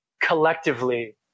collectively